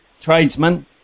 tradesman